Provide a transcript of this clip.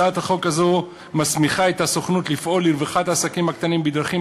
הצעת החוק הזו מסמיכה את הסוכנות לפעול לרווחת העסקים הקטנים בדרכים